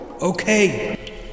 Okay